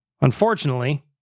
unfortunately